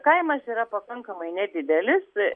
kaimas yra pakankamai nedidelis